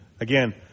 Again